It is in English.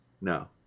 No